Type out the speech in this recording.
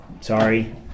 Sorry